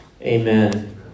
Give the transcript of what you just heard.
Amen